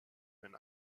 when